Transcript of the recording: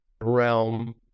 realm